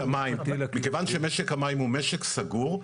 מכיוון שמשק המים הוא משק סגור,